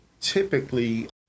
Typically